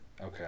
Okay